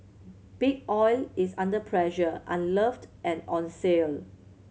Big Oil is under pressure unloved and on sale